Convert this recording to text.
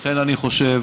אני חושב